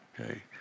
Okay